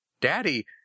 Daddy